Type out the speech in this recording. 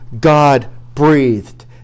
God-breathed